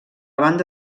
banda